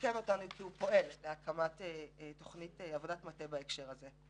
עדכן אותנו כי הוא פועל להקמת תכנית עבודת מטה בהקשר הזה.